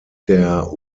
der